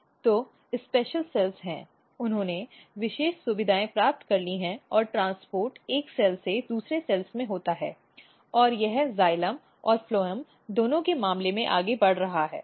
तो विशेष सेल्स हैं उन्होंने विशेष सुविधाएँ प्राप्त कर ली हैं और ट्रांसपोर्ट एक सेल से दूसरी सेल्स में होता है और यह जाइलम और फ्लोएम दोनों के मामले में आगे बढ़ रहा है